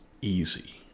easy